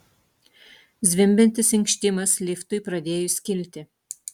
zvimbiantis inkštimas liftui pradėjus kilti